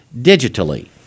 digitally